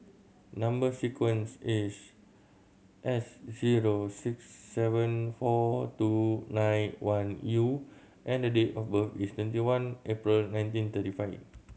number sequence is S zero six seven four two nine one U and date of birth is twenty one April nineteen thirty five